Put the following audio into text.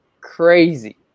crazy